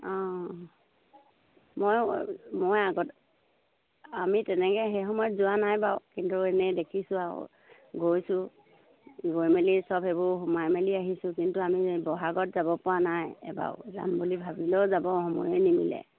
অঁ মই মই আগতে আমি তেনেকৈ সেই সময়ত যোৱা নাই বাৰু কিন্তু এনেই দেখিছোঁ আৰু গৈছোঁ গৈ মেলি চব সেইবোৰ সোমাই মেলি আহিছোঁ কিন্তু আমি ব'হাগত যাব পৰা নাই এবাৰো যাম বুলি ভাবিলেও যাব সময়ে নিমিলে